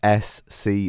SC